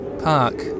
park